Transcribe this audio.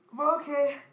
Okay